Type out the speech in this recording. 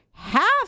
Half